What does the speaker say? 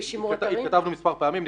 התכתבנו מספר פעמים,